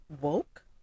woke